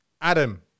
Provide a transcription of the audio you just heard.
Adam